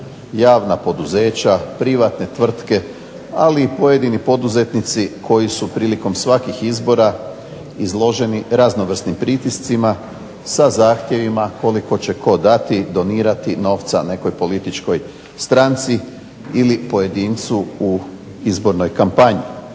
javna poduzeća, privatne tvrtke, ali i pojedini poduzetnici koji su prilikom svakih izbora izloženi raznovrsnim pritiscima sa zahtjevima koliko će tko dati, donirati novca nekoj političkoj stranci ili pojedincu u izbornoj kampanji.